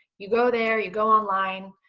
you go there, you go online,